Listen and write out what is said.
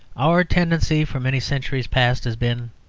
our tendency for many centuries past has been,